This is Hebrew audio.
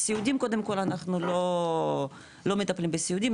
סיעודיים קודם כל אנחנו לא מטפלים בסיעודיים,